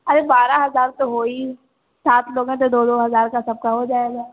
अरे बारह हज़ार तो हो ही सात लोग है तो दो दो हज़ार का सबका हो जाएगा